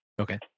okay